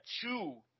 two